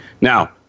Now